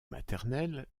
maternelle